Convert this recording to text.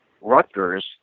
Rutgers